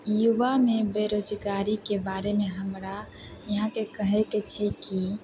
युवामे बेरोजगारीके बारेमे हमरा यहाँ के कहयके छै कि